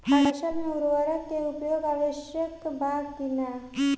फसल में उर्वरक के उपयोग आवश्यक बा कि न?